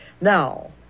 Now